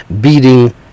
beating